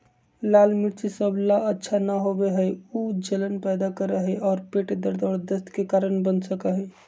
लाल मिर्च सब ला अच्छा न होबा हई ऊ जलन पैदा करा हई और पेट दर्द और दस्त के कारण बन सका हई